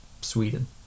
sweden